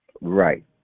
Right